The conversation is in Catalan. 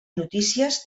notícies